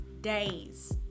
days